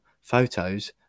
photos